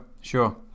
sure